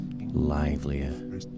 livelier